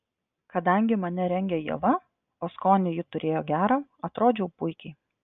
kadangi mane rengė ieva o skonį ji turėjo gerą atrodžiau puikiai